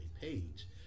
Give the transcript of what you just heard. page